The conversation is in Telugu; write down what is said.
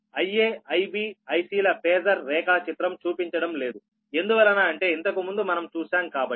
Ia Ib Ic ల ఫేజర్ రేఖాచిత్రం చూపించడం లేదు ఎందువలన అంటే ఇంతకు ముందు మనం చూశాం కాబట్టి